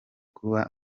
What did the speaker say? kuba